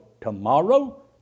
tomorrow